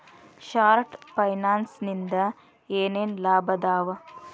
short ಫೈನಾನ್ಸಿನಿಂದ ಏನೇನ್ ಲಾಭದಾವಾ